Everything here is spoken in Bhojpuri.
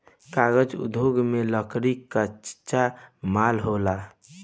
कागज़ उद्योग में लकड़ी कच्चा माल होला